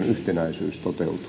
yhtenäisyys